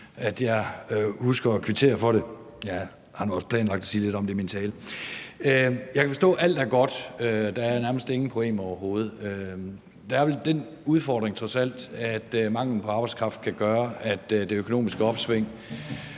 så jeg husker at kvittere for det, men jeg har nu også planlagt at sige lidt om det i min tale. Jeg kan forstå, at alt er godt. Der er nærmest ingen problemer overhovedet. Der er vel trods alt den udfordring, at manglen på arbejdskraft kan gøre, at det økonomiske opsving